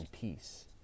peace